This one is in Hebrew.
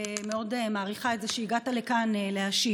מאוד מעריכה את זה שבאת לכאן להשיב.